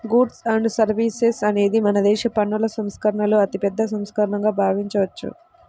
goods and services అనేది మనదేశ పన్నుల సంస్కరణలలో అతిపెద్ద సంస్కరణగా భావించవచ్చు